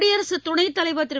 குடியரசுத் துணைத்தலைவர் திரு